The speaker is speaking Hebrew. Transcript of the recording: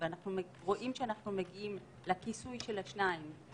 כשאנחנו נבדוק בעוד שלושה חודשים כמה אנשים הורידו,